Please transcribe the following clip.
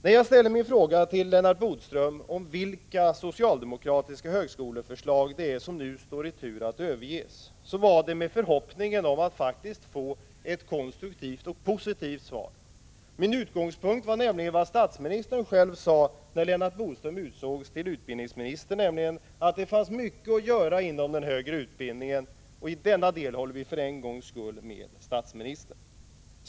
När jag ställde min fråga till Lennart Bodström om vilka socialdemokratiska högskoleförslag det är som nu står i tur att överges, var det min förhoppning att faktiskt få ett konstruktivt och positivt svar. Min utgångspunkt var nämligen vad statsministern själv sade när Lennart Bodström utsågs till utbildningsminister, nämligen att det fanns mycket att göra inom den högre utbildningen. I denna del håller vi för en gångs skull med statsministern.